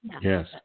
Yes